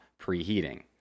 preheating